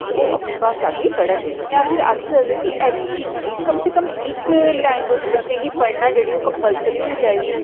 कि ओह् अपनी गी पढ़न जां फिर आक्खी सकदे ओ कि कम से कम इक लैंगुएज ते बच्चें गी पढ़ना जेह्ड़ी कम्पलर्सी होनी चाहिदी